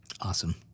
Awesome